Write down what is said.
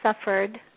suffered